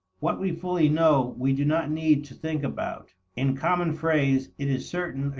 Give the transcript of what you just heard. what we fully know, we do not need to think about. in common phrase, it is certain,